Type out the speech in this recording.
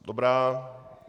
Dobrá.